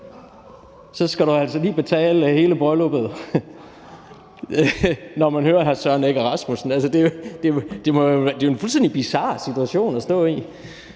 så skal du altså lige betale hele brylluppet. Sådan lyder det, når man hører hr. Søren Egge Rasmussen. Det er jo en fuldstændig bizar situation at stå i,